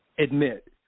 Admit